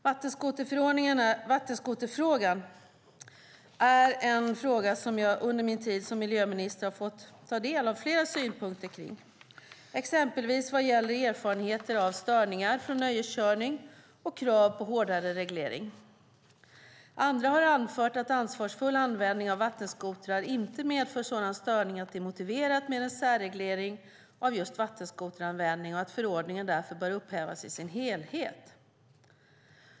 Vattenskoterfrågan är en fråga som jag under min tid som miljöminister har fått ta del av flera synpunkter kring, exempelvis vad gäller erfarenheter av störningar från nöjeskörning och krav på hårdare reglering. Andra har anfört att ansvarsfull användning av vattenskotrar inte medför sådan störning att det är motiverat med en särreglering av just vattenskoteranvändning och att förordningen därför bör upphävas i sin helhet.